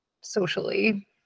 socially